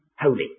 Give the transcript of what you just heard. holy